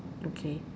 okay